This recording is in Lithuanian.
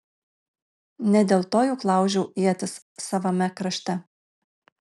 ne dėl to juk laužiau ietis savame krašte